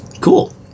Cool